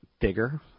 bigger